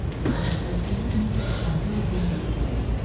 we're getting orgasmic under a brain scanner.